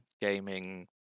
gaming